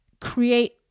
create